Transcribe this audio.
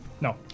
No